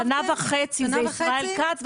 שנה וחצי זה ישראל כץ,